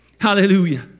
hallelujah